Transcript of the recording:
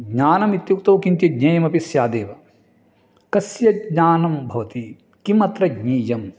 ज्ञानम् इत्युक्तौ किञ्चित् ज्ञेयमपि स्यादेव कस्य ज्ञानं भवति किमत्र ज्ञेयम्